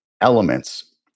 elements